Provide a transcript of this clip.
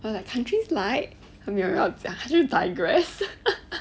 well like countries like 他没有要讲他就 digress